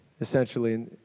essentially